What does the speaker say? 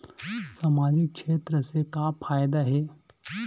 सामजिक क्षेत्र से का फ़ायदा हे?